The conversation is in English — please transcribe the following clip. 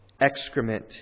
excrement